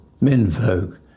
menfolk